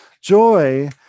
Joy